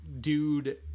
dude